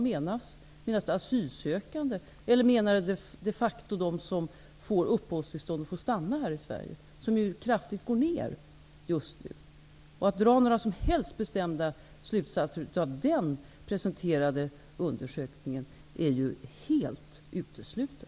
Menas med detta asylsökande, eller dem som de facto får uppehållstillstånd och får stanna här i Sverige, vilkas antal just nu kraftigt går ned? Att jag skulle dra några som helst bestämda slutsatser av den presenterade undersökningen är helt uteslutet.